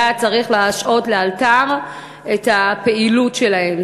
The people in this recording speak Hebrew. היה צריך להשעות לאלתר את הפעילות שלהם.